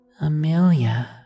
Amelia